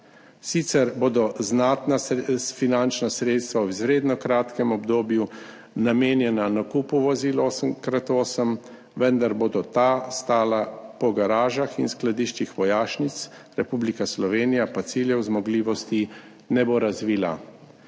Sicer bodo znatna finančna sredstva v izredno kratkem obdobju namenjena nakupu vozil 8x8, vendar bodo ta stala po garažah in skladiščih vojašnic, Republika Slovenija pa ciljev zmogljivosti ne bo razvila.